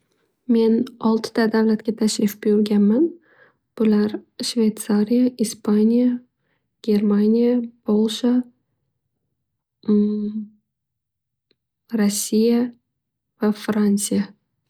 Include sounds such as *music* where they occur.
Men oltita davlatga tashrif buyurganman. Bular Shvetsariya, Ispaniya, Germaniya, Polsha *hesitation* Rossiya va Fransiya.